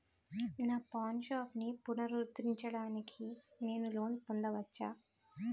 నా పాన్ షాప్ని పునరుద్ధరించడానికి నేను లోన్ పొందవచ్చా?